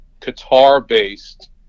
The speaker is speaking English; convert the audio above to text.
Qatar-based